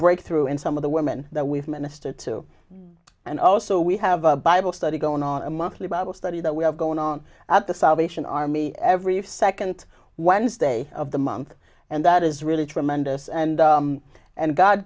breakthrough in some of the women that we've minister to and also we have a bible study going on a monthly bible study that we have going on at the salvation army every if second wednesday of the month and that is really tremendous and and